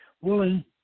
willing